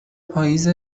پائیز